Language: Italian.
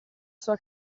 sua